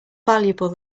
valuable